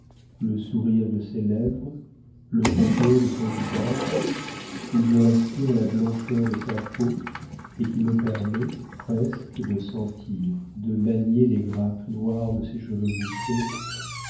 le sourire de ses lèvres le contour de son visage où je respire la blancheur de sa peau et qui me permet presque de sentir de manier les grappes noires de ses cheveux bouclés